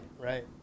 right